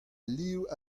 liv